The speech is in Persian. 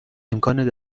امکان